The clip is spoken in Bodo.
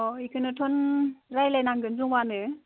अ' बेखौनोथन रायलाय नांगोन जमानो